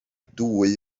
dwy